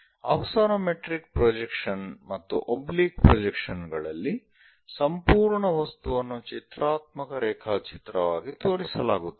axonometric projection ಮತ್ತು oblique projection ಗಳಲ್ಲಿ ಸಂಪೂರ್ಣ ವಸ್ತುವನ್ನು ಚಿತ್ರಾತ್ಮಕ ರೇಖಾಚಿತ್ರವಾಗಿ ತೋರಿಸಲಾಗುತ್ತದೆ